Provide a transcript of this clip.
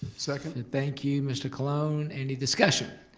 second. thank you mr. cologne, any discussion?